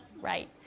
right